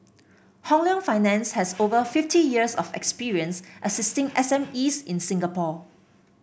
Hong Leong Finance has over fifty years of experience assisting SMEs in Singapore